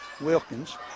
Wilkins